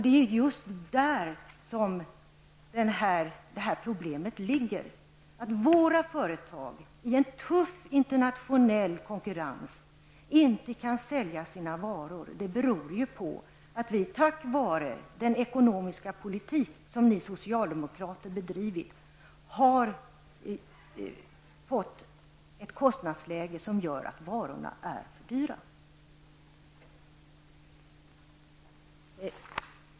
Det är just där problemet ligger. Att våra företag i en tuff internationell konkurrens inte kan sälja sina varor beror ju på att vi till följd av den ekonomiska politik som ni socialdemokrater har bedrivit har fått ett kostnadsläge som gör att varorna är för dyra.